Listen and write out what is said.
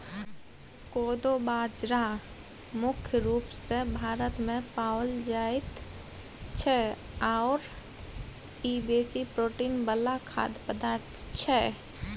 कोदो बाजरा मुख्य रूप सँ भारतमे पाओल जाइत छै आओर ई बेसी प्रोटीन वला खाद्य पदार्थ छै